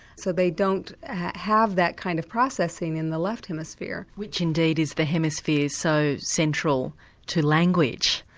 so they don't have that kind of processing in the left hemisphere. which indeed is the hemisphere so central to language.